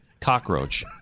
cockroach